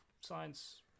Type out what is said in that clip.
science